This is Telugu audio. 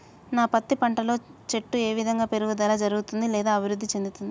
నా పత్తి పంట లో చెట్టు ఏ విధంగా పెరుగుదల జరుగుతుంది లేదా అభివృద్ధి చెందుతుంది?